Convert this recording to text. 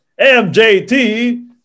MJT